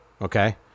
Okay